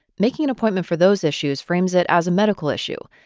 making an appointment for those issues frames it as a medical issue.